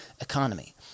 economy